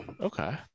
okay